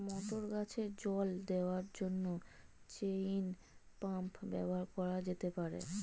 মটর গাছে জল দেওয়ার জন্য চেইন পাম্প ব্যবহার করা যেতে পার?